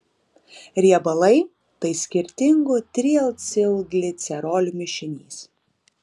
riebalai tai skirtingų triacilglicerolių mišinys